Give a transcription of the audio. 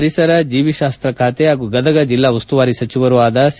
ಪರಿಸರ ಜೀವಿಶಾಸ್ತ್ರ ಖಾತೆ ಹಾಗೂ ಗದಗ ಜಿಲ್ಲಾ ಉಸ್ತುವಾರಿ ಸಚಿವರೂ ಆದ ಸಿ